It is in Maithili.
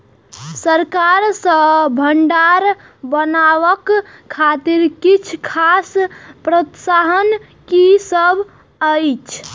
सरकार सँ भण्डार बनेवाक खातिर किछ खास प्रोत्साहन कि सब अइछ?